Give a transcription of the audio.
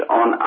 on